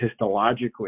histologically